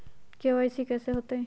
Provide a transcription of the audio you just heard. KYC कैसे होतई?